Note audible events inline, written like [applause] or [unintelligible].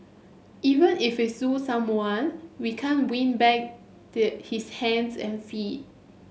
even if we sue someone we can't win back [unintelligible] his hands and feet